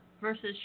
versus